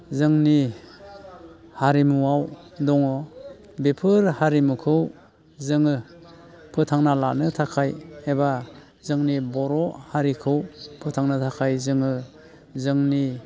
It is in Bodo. जोंनि हारिमुआव दङ बेफोर हारिमुखौ जोङो फोथांना लानो थाखाय एबा जोंनि बर' हारिखौ फोथांनो थाखाय जोङो जोंनि